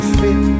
fit